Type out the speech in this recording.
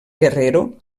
guerrero